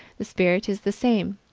the spirit is the same,